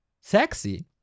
Sexy